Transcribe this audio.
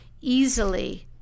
easily